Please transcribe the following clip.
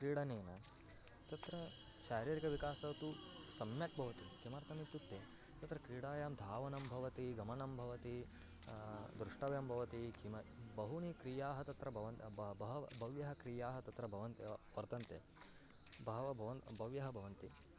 क्रीडनेन तत्र शारीरिकः विकासः तु सम्यक् भवति किमर्थम् इत्युक्ते तत्र क्रीडायां धावनं भवति गमनं भवति द्रष्टव्यं भवति किम बहूनि क्रियाः तत्र भवन् बह भव्य क्रियाः तत्र भवन् वर्तन्ते बहवः बवन् बहवः भवन्ति